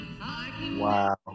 Wow